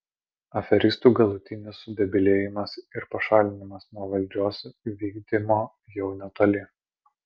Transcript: aferistų galutinis sudebilėjimas ir pašalinimas nuo valdžios vykdymo jau netoli